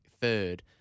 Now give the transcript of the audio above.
third